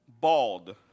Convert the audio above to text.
bald